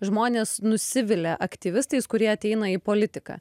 žmonės nusivilia aktyvistais kurie ateina į politiką